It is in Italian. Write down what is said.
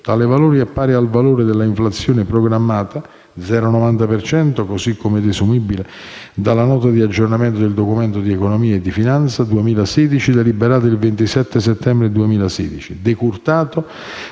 Tale valore è pari al valore dell'inflazione programmata (0,90 per cento) così come desumibile dalla nota di aggiornamento del Documento di economia e finanza 2016, deliberata il 27 settembre 2016, decurtato